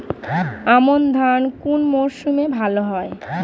আমন ধান কোন মরশুমে ভাল হয়?